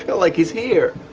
but like is here.